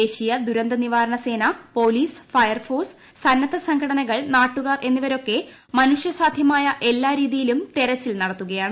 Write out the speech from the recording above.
ദേശീയി ദുരന്ത നിവാരണ സേന പൊലീസ് ഫയർഫോഴ്സ് സന്നദ്ധസ്ംഘടനകൾ നാട്ടുകാർ എന്നിവരൊക്കെ മനുഷ്യസാധ്യമായ എല്ലാ രീതിയിലും തെരച്ചിൽ നടത്തുകയാണ്